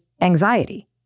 anxiety